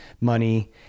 money